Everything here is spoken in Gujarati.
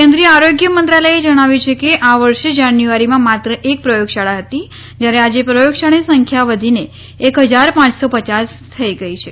કેન્દ્રીય આરોગ્ય મંત્રાલયે જણાવ્યું છે કે આ વર્ષે જાન્યુઆરીમાં માત્ર એક પ્રગોયશાળા હતી જ્યારે આજે પ્રયોગશાળાની સંખ્યા વધીને એક હજાર પાંચસો પચાસ થઈ ગઈ છે